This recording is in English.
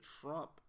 Trump